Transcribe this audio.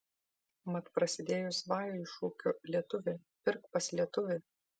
mat prasidėjus vajui šūkiu lietuvi pirk pas lietuvį